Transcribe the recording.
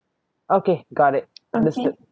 okay got it understood